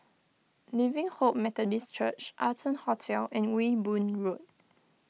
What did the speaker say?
Living Hope Methodist Church Arton Hotel and Ewe Boon Road